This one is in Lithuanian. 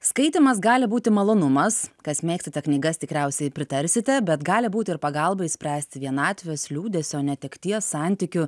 skaitymas gali būti malonumas kas mėgstate knygas tikriausiai pritarsite bet gali būt ir pagalba išspręsti vienatvės liūdesio netekties santykių